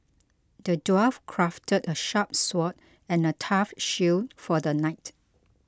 the dwarf crafted a sharp sword and a tough shield for the knight